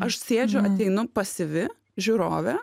aš sėdžiu ateinu pasyvi žiūrovė